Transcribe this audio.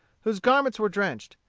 whose garments were drenched,